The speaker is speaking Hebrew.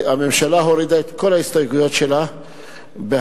הממשלה הורידה את כל ההסתייגויות שלה בהסכמה,